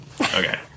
Okay